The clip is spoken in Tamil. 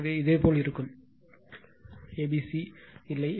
எனவே அது இதேபோல் இருக்கும் a b c போய்விட்டது